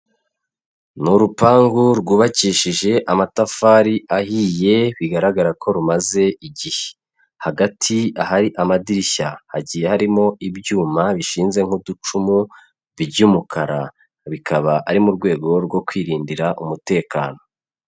Ni urupangu rwubakishije amatafari ahiye bigaragara ko rumaze igihe, hagati ahari amadirishya, hagiye harimo ibyuma bishinze nk'uducumu by'umukara, bikaba ari mu rwego rwo kwirindira umutekano.